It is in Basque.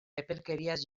epelkeriaz